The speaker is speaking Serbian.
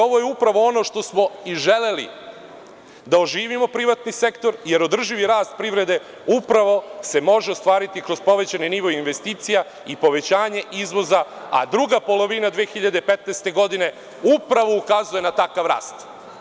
Ovo je upravo ono što smo i želeli, da oživimo privatni sektor, jer održivi rast privrede upravo se može ostvariti kroz povećani nivo investicija i povećanje izvoza, a druga polovina 2015. godine upravo ukazuje na takav rast.